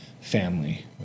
family